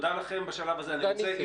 אם